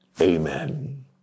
Amen